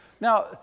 Now